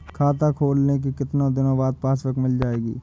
खाता खोलने के कितनी दिनो बाद पासबुक मिल जाएगी?